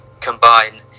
combine